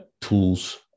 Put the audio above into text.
tools